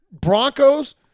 Broncos